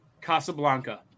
Casablanca